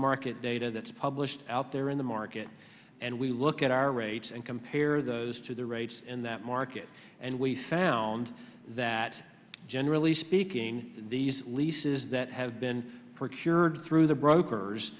market data that's published out there in the market and we look at our rates and compare those to the rates in that market and we found that generally speaking these leases that have been procured through the brokers